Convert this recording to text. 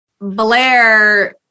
Blair